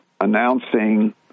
announcing